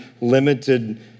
limited